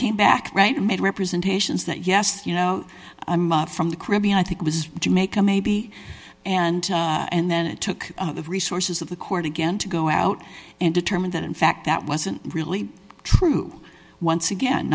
came back right and made representations that yes you know i'm from the caribbean i think was to make a maybe and and then it took the resources of the court again to go out and determine that in fact that wasn't really true once again